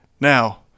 Now –